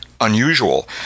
Unusual